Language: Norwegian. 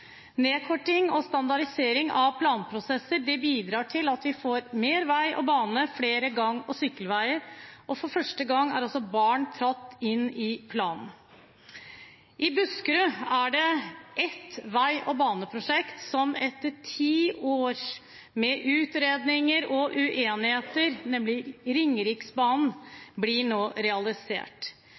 Nedkorting og standardisering av planprosesser bidrar til at vi får mer vei og bane og flere gang- og sykkelveier. For første gang er også barn tatt inn i planen. I Buskerud er det et vei- og baneprosjekt, nemlig Ringeriksbanen, som etter tiår med utredninger og uenigheter, nå blir realisert. Ringeriksbanen